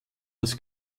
des